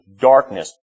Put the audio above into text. Darkness